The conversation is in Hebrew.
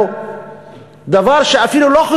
דבר שאין לגעת בו,